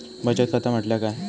बचत खाता म्हटल्या काय?